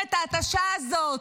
למלחמת ההתשה הזאת,